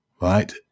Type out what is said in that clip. right